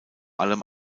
allem